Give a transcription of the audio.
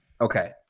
okay